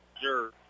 Sure